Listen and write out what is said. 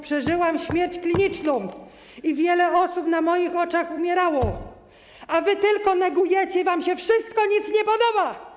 Przeżyłam śmierć kliniczną i wiele osób na moich oczach umierało, a wy tylko negujecie i wam się nic nie podoba.